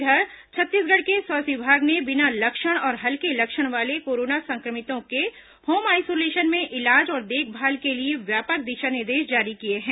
इधर छत्तीसगढ़ के स्वास्थ्य विभाग ने बिना लक्षण और हल्के लक्षण वाले कोरोना संक्रमितों के होम आइसोलेशन में इलाज और देखभाल के लिए व्यापक दिशा निर्देश जारी किए हैं